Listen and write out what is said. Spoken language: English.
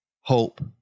hope